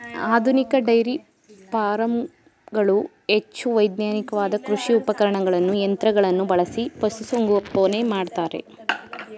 ಆಧುನಿಕ ಡೈರಿ ಫಾರಂಗಳು ಹೆಚ್ಚು ವೈಜ್ಞಾನಿಕವಾದ ಕೃಷಿ ಉಪಕರಣಗಳನ್ನು ಯಂತ್ರಗಳನ್ನು ಬಳಸಿ ಪಶುಸಂಗೋಪನೆ ಮಾಡ್ತರೆ